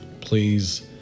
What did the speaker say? Please